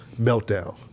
meltdown